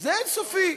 זה אין-סופי.